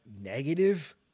negative